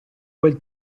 quel